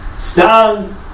stand